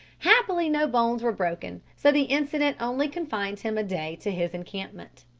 happily no bones were broken, so the incident only confined him a day to his encampment.